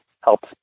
helps